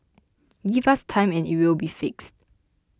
give us time and it will be fixed